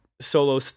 solo